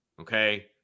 Okay